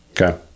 okay